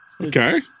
okay